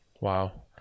Wow